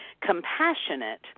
compassionate